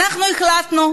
אנחנו החלטנו,